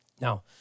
Now